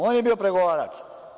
On je bio pregovarač.